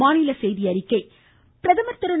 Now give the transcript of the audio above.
பிரதமர் பிரதமர் திரு